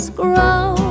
grow